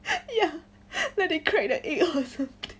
ya where they crack the egg [one]